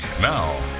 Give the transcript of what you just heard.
Now